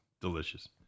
Delicious